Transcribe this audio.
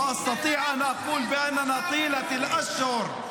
ואני יכול לומר שבכל ששת החודשים האחרונים, )